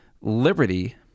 liberty